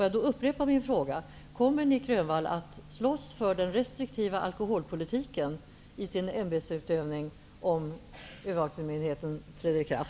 Jag vill upprepa min fråga: Kommer Nic Grönvall att slåss för den restriktiva alkoholpolitiken i sin ämbetsutövning i övervakningsmyndigheten, om